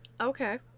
Okay